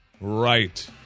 Right